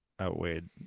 outweighed